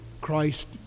Christ